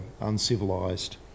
uncivilized